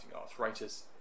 arthritis